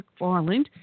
McFarland